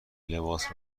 لباس